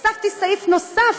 הוספתי סעיף נוסף